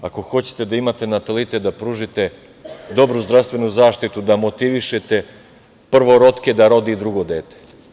Ako hoćete da imate natalitet, da pružite dobru zdravstvenu zaštitu, da motivišete prvorotke da rode i drugo dete.